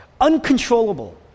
uncontrollable